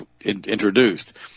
introduced